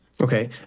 Okay